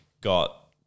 got